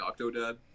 Octodad